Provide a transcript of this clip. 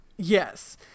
Yes